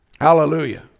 Hallelujah